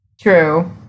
True